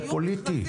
זה פוליטי.